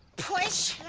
push,